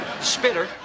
Spitter